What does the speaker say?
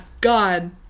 God